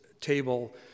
table